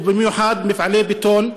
ובמיוחד מפעלי בטון,